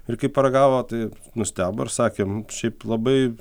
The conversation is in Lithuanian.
ir kai paragavo tai nustebo ir sakė šiaip labai